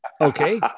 Okay